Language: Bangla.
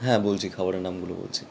হ্যাঁ বলছি খাবারের নামগুলো বলছি